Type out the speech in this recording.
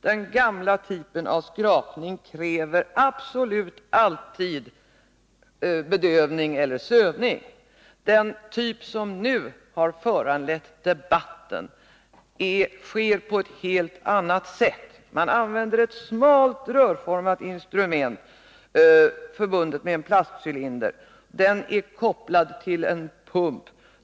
Den gamla typen av skrapning kräver absolut alltid bedövning eller sövning. Den typ som nu har föranlett debatten sker på ett helt annat sätt. Man använder ett smalt, rörformat instrument, förbundet med en plastcylinder, som är kopplad till en pump.